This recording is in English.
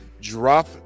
drop